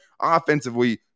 offensively